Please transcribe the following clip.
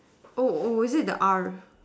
oh oh is it the R